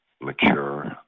mature